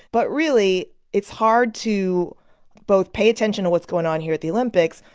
but really, it's hard to both pay attention to what's going on here at the olympics.